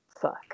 fuck